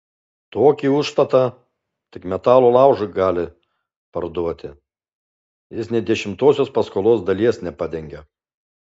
tokį užstatą tik metalo laužui gali parduoti jis nė dešimtosios paskolos dalies nepadengia